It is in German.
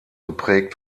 geprägt